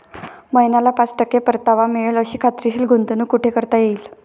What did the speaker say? महिन्याला पाच टक्के परतावा मिळेल अशी खात्रीशीर गुंतवणूक कुठे करता येईल?